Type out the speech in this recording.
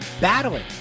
Battling